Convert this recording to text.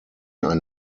ein